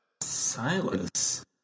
Silas